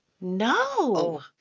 No